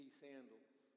sandals